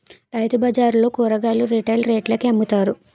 రైతుబజార్లలో కూరగాయలు రిటైల్ రేట్లకే అమ్ముతారు